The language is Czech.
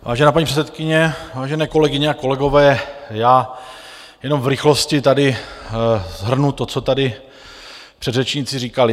Vážená paní předsedkyně, vážené kolegyně a kolegové, jenom v rychlosti tady shrnu to, co tady předřečníci říkali.